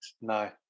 No